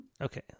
Okay